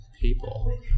people